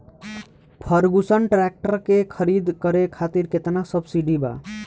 Ferguson tractor के खरीद करे खातिर केतना सब्सिडी बा?